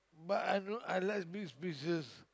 but I know I like big spaces